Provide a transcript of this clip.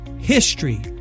HISTORY